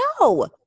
no